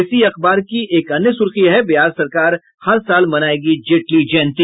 इसी अखबार की एक अन्य सुर्खी है बिहार सरकार हर साल मनायेगी जेटली जयंती